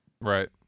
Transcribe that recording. Right